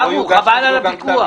ברוך, חבל על הוויכוח.